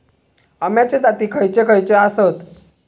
अम्याचे जाती खयचे खयचे आसत?